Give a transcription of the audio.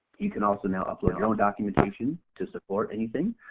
you can also now upload your own documentation to support anything.